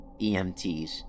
EMTs